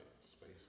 space